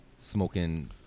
smoking